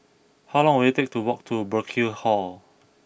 how long will it take to walk to Burkill Hall